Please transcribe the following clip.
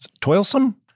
Toilsome